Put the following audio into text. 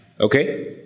Okay